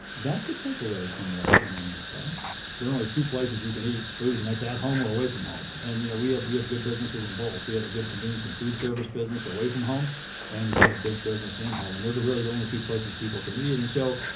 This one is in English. that could take away from what general mills does there are only two places you can eat food and that's at home or away from home. and you know we have we have good businesses in both. we have a good convenient food service business away from home and we've got a big business in home and those are really the only two places people can eat. and so,